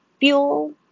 fuel